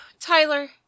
Tyler